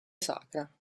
sacra